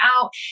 out